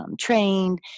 trained